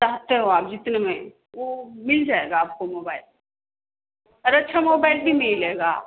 चाहते हो आप जितने में वो मिल जाएगा आपको मोबाइल अरे अच्छा मोबाइल भी मिलेगा